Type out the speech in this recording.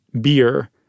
beer